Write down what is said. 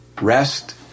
rest